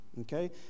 okay